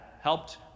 helped